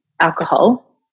alcohol